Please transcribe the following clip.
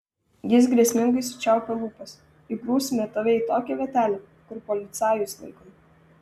jis grėsmingai sučiaupė lūpas įgrūsime tave į tokią vietelę kur policajus laikom